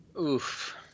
Oof